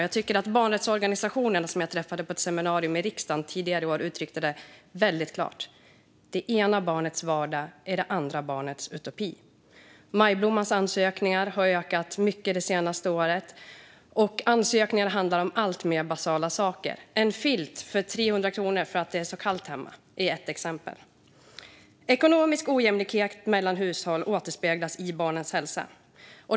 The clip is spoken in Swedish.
Jag tycker att de barnrättsorganisationer som jag träffade på ett seminarium i riksdagen tidigare i år uttryckte det väldigt klart: Det ena barnets vardag är det andra barnets utopi. Ansökningarna till Majblomman har ökat mycket det senaste året, och ansökningarna handlar om alltmer basala saker - en filt för 300 kronor, eftersom det är så kallt hemma, är ett exempel. Ekonomisk ojämlikhet mellan hushåll återspeglas i barnens hälsa.